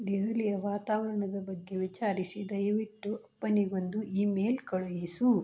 ದೆಹಲಿಯ ವಾತಾವರಣದ ಬಗ್ಗೆ ವಿಚಾರಿಸಿ ದಯವಿಟ್ಟು ಅಪ್ಪನಿಗೊಂದು ಇಮೇಲ್ ಕಳುಹಿಸು